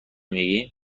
میگیم